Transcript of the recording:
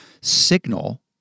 signal